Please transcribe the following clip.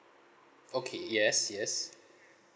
okay yes yes